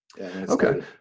okay